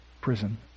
prison